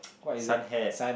this one had